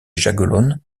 jagellonne